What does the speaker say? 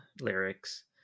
lyrics